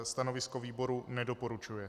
Stanovisko výboru nedoporučuje.